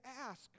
ask